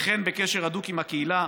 וכן על קשר הדוק עם הקהילה,